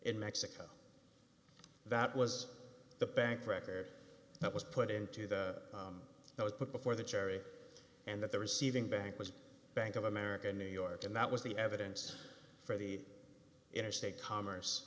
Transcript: in mexico that was the bank record that was put into the that was put before the cherry and that the receiving bank was bank of america in new york and that was the evidence for the interstate commerce